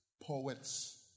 poets